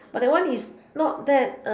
but that one is not that